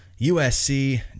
USC